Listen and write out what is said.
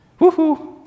woohoo